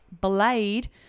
Blade